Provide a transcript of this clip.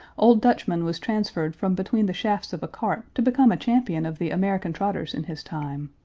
old dutchman was transferred from between the shafts of a cart to become a champion of the american trotters in his time.